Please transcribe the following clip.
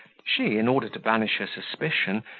she, in order to banish her suspicion,